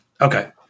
Okay